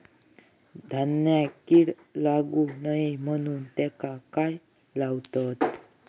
धान्यांका कीड लागू नये म्हणून त्याका काय लावतत?